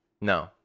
No